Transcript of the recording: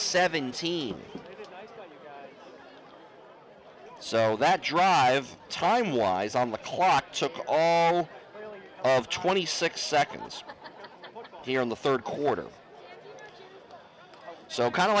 seventeen so that drive time wise on the clock took all of twenty six seconds here in the third quarter so kind of